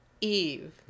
Eve